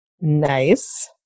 Nice